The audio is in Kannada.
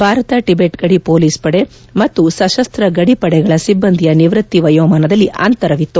ಭಾರತ ಟಿಬೆಟ್ ಗಡಿ ಹೊಲೀಸ್ ಪಡೆ ಮತ್ತು ಸಶಸ್ನ ಗಡಿ ಪಡೆಗಳ ಸಿಬ್ಲಂದಿಯ ನಿವೃತ್ತಿ ವಯೋಮಾನದಲ್ಲಿ ಅಂತರವಿತ್ತು